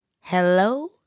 Hello